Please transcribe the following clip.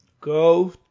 Go